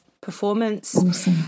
performance